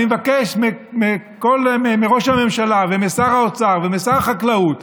אני מבקש מראש הממשלה ומשר האוצר ומשר החקלאות: